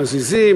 מזיזים,